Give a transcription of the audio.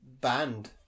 band